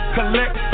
Collect